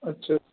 اچھا